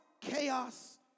chaos